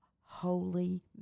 holy